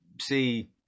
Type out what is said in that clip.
see